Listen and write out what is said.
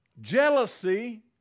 Jealousy